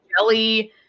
jelly